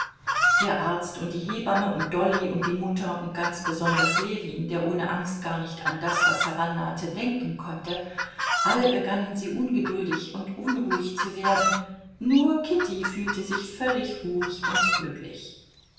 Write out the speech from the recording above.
der arzt und die hebamme und dolly und die mutter und ganz besonders ljewin der ohne angst gar nicht an das was herannahte denken konnte alle begannen sie ungeduldig und unruhig zu werden nur kitty fühlte sich völlig ruhig und glücklich